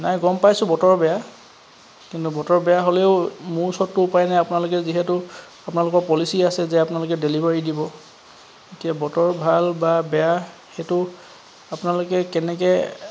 নাই গম পাইছোঁ বতৰ বেয়া কিন্তু বতৰ বেয়া হ'লেও মোৰ ওচৰততো উপায় নাই আপোনালোকে যিহেতু আপোনালোকৰ পলিচি আছে যে আপোনালোকে ডেলিভাৰী দিব এতিয়া বতৰ ভাল বা বেয়া সেইটো আপোনালোকে কেনেকৈ